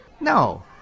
No